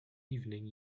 evening